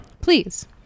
Please